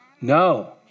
No